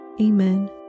Amen